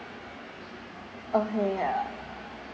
okay ya